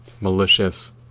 malicious